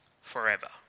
forever